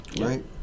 Right